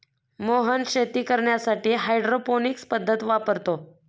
मोहन शेती करण्यासाठी हायड्रोपोनिक्स पद्धत वापरतो